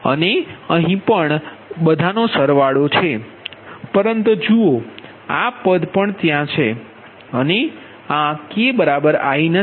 અને અહીં પણ બધાંનોસરવાળો પરંતુ જુઓ આ પદ પણ ત્યાં છે અને આ k બરાબર i નથી